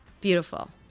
Beautiful